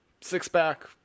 Six-pack